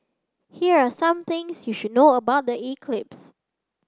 here are some things you should know about the eclipse